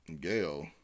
Gail